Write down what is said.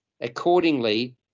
Accordingly